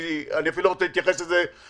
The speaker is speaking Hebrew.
אני אפילו לא רוצה להתייחס לזה ברצינות,